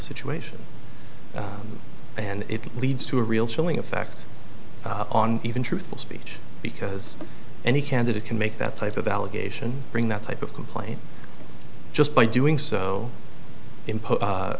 situation and it leads to a real chilling effect on even truthful speech because any candidate can make that type of allegation bring that type of complaint just by doing so i